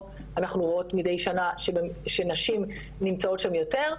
אנחנו רואות מידי שנה שנשים נמצאות שם יותר.